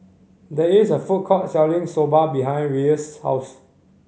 there is a food court selling Soba behind Rhea's house